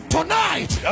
Tonight